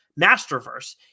Masterverse